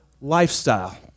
lifestyle